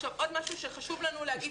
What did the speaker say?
עוד משהו שחשוב לנו להגיד.